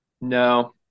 No